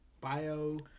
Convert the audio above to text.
Bio